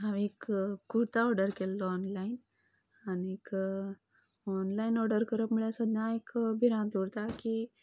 हांवे एक कुर्ता ऑर्डर केल्लो ऑनलायन आनीक ऑनलायन ऑर्डर करप म्हळ्यार सदां एक भिरांत उरता की